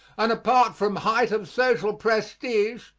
and apart from height of social prestige,